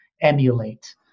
emulate